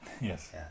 Yes